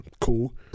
Cool